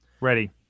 Ready